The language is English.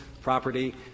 property